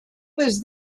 was